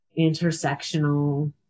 intersectional